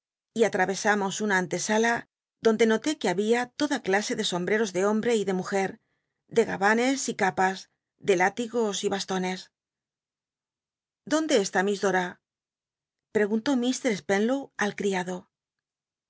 y allavesamos una anlcsaladondc notó qne babia toda clase de somhcros de hombte y mujer de gabanes y capas de l ítigos y bastones dónde está miss dora preguntó m spenlow al criado